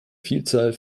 vielzahl